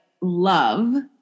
love